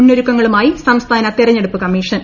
മുന്നൊരുക്കങ്ങളുമായി സംസ്ഥാന് തെരഞ്ഞെടുപ്പ് കമ്മീഷൻ